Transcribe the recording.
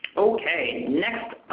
okay, next